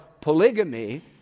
polygamy